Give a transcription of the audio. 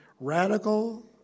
radical